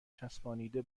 چسبانیده